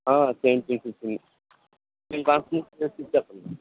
twenty fifteen మేమ్ construct చేసి ఇచ్చేస్తాం మ్యామ్